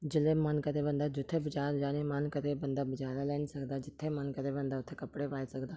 जिल्लै मन करै बंदा जित्थै बजार जाने गी मन करै बंदा बजारा लेआन्नी सकदा जित्थै मन करै बंदा उत्थै कपड़े पाई सकदा